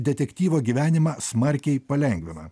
detektyvo gyvenimą smarkiai palengvina